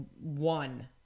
one